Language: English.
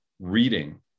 reading